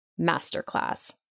masterclass